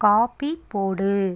coffee போடு